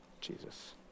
Jesus